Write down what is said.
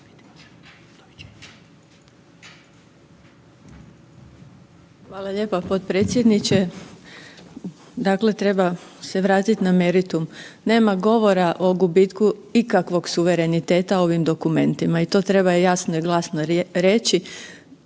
Hvala lijepa potpredsjedniče. Dakle treba se vratiti na meritum. Nema govora o gubitku ikakvog suvereniteta ovim dokumentima i to treba jasno i glasno reći.